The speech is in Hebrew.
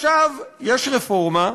עכשיו יש רפורמה,